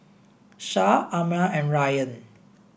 Shah Ammir and Ryan